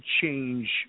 change